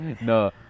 no